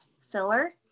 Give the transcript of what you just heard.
filler